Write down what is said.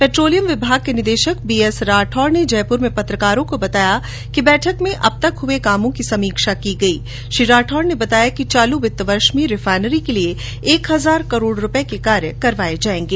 petroleum विभाग के निदेशक बी एस राठौड़ ने जयपुर में पत्रकारों को बताया कि बैठक में अब तक हए कामों की समीक्षा की गई था श्री राठौड़ ने बताया कि चालू वित्त वर्ष में रिफाइनरी के लिए एक हजार करोड रुपये के कार्य करवाए जाएंगे